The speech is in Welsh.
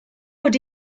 fod